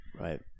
Right